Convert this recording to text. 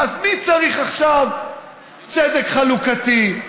אז מי צריך עכשיו צדק חלוקתי?